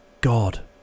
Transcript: God